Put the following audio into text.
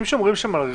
אם שומרים שם על ריחוק,